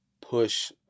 push